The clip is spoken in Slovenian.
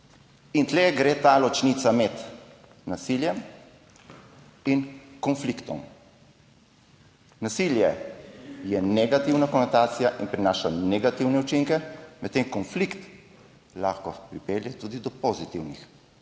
In tu gre ta ločnica med nasiljem in konfliktom. Nasilje je negativna konotacija in prinaša negativne učinke. Medtem ko konflikt lahko pripelje tudi do pozitivnih,